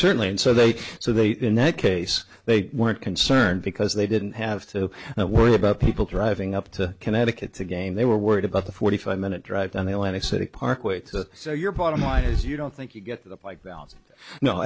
certainly and so they so they in that case they weren't concerned because they didn't have to worry about people driving up to connecticut to game they were worried about the forty five minute drive and they let a city park wait so your bottom line is you don't think you get the bike